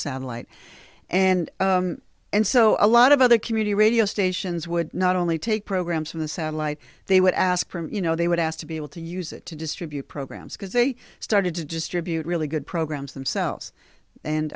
satellite and and so a lot of other community radio stations would not only take programs from the satellite they would ask you know they would ask to be able to use it to distribute programs because they started to distribute really good programs themselves and